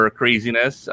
craziness